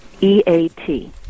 EAT